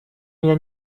меня